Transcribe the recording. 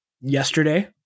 yesterday